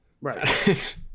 right